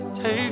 Take